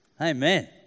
Amen